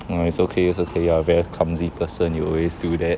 um it's okay it's okay you are very clumsy person you always do that